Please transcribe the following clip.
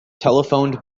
telephoned